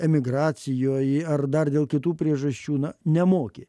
emigracijoj ar dar dėl kitų priežasčių na nemoki